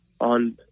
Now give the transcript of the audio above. on